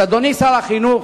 אדוני שר החינוך,